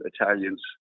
Italians